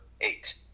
eight